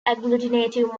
agglutinative